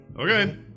Okay